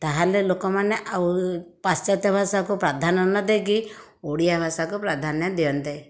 ତା'ହେଲେ ଲୋକମାନେ ଆଉ ପାଶ୍ଚାତ୍ୟ ଭାଷାକୁ ପ୍ରାଧାନ୍ୟ ନ ଦେଇକି ଓଡ଼ିଆ ଭାଷାକୁ ପ୍ରାଧାନ୍ୟ ଦିଅନ୍ତେ